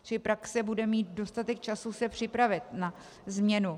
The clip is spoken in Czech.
Čili praxe bude mít dostatek času se připravit na změnu.